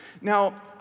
Now